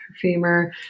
femur